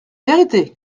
vérité